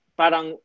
parang